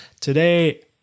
today